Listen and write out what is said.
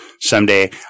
Someday